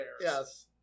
Yes